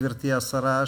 גברתי השרה,